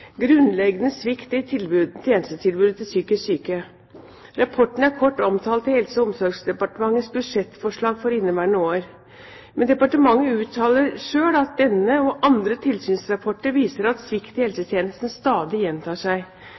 grunnleggende svikt i tjenestetilbudet til psykisk syke. Rapporten er kort omtalt i Helse- og omsorgsdepartementets budsjettforslag for inneværende år. Men departementet uttaler selv at denne og andre tilsynsrapporter viser at svikt i helsetjenesten stadig gjentar seg.